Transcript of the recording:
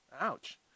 ouch